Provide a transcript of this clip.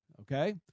Okay